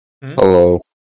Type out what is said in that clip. Hello